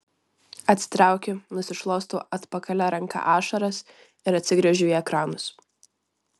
atsitraukiu nusišluostau atpakalia ranka ašaras ir atsigręžiu į ekranus